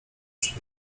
przy